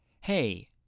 Hey